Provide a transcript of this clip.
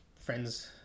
friends